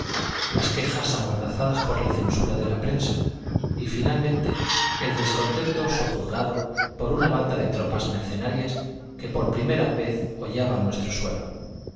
las quejas amordazadas por la censura de la prensa y finalmente el descontento sojuzgado por una banda de tropas mercenarias que por primera vez hollaba nuestro suelo